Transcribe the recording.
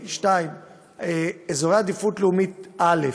2. לאזורי עדיפות לאומית א'